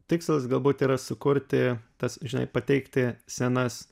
tikslas galbūt yra sukurti tas žinai pateikti senas